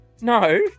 No